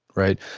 right?